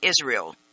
Israel